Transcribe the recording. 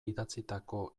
idatzitako